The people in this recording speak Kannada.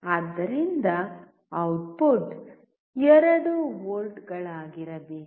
ಆದ್ದರಿಂದ ಔಟ್ಪುಟ್ 2 ವೋಲ್ಟ್ಗಳಾಗಿರಬೇಕು